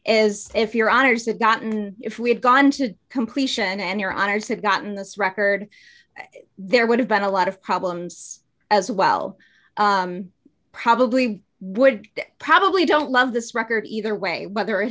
is if your honour's had gotten if we had gone to completion and your honour's had gotten this record there would have been a lot of problems as well probably would probably don't love this record either way whether it